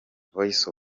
voice